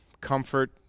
comfort